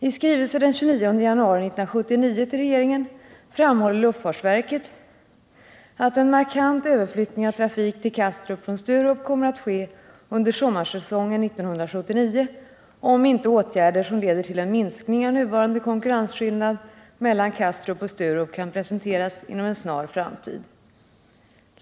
I skrivelse den 29 januari 1979 till regeringen framhåller luftfartsverket att en markant överflyttning av trafik till Kastrup från Sturup kommer att ske under sommarsäsongen 1979 om inte åtgärder som leder till en minskning av 3 nuvarande konkurrensskillnad mellan Kastrup och Sturup kan presenteras inom en snar framtid.